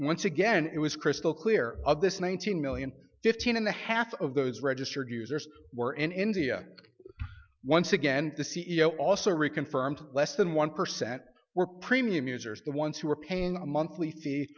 once again it was crystal clear of this one thousand million fifteen and a half of those registered users were in india once again the c e o also reconfirmed less than one percent were premium users the ones who are paying a monthly fee